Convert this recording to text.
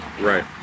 Right